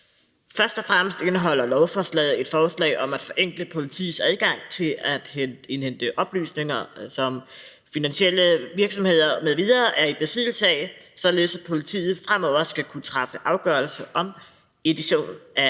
Først og fremmest indeholder lovforslaget et forslag om at forenkle politiets adgang til at indhente oplysninger, som finansielle virksomheder m.v. er i besiddelse af, således at politiet fremover skal kunne træffe afgørelse om edition af